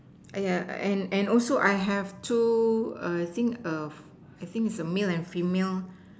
ah yeah and and also I have two err I think err I think it's a male and female